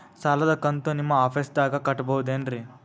ಸಾಲದ ಕಂತು ನಿಮ್ಮ ಆಫೇಸ್ದಾಗ ಕಟ್ಟಬಹುದೇನ್ರಿ?